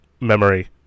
memory